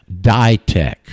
Ditech